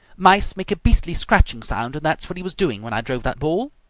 mice make a beastly scratching sound, and that's what he was doing when i drove that ball.